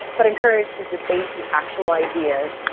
but encourage to debate the actual ideas,